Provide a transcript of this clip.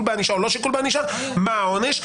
בענישה או לא שיקול בענישה מה העונש.